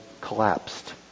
collapsed